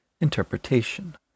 interpretation